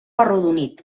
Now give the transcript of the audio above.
arrodonit